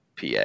PA